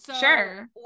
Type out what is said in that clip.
Sure